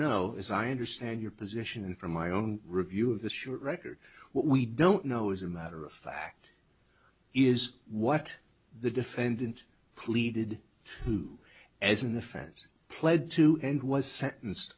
know is i understand your position and from my own review of the short record what we don't know as a matter of fact is what the defendant pleaded to as an offense pled to and was sentenced